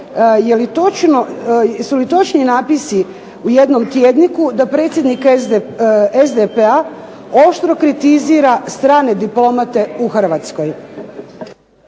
jesu li točni napisi u jednom tjedniku da predsjednik SDP-a oštro kritizira strane diplomate u Hrvatskoj.